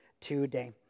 today